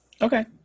Okay